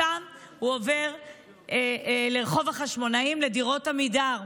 משם הוא עובר לרחוב החשמונאים, לדירות עמידר.